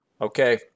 okay